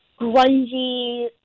grungy